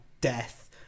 death